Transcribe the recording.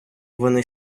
вони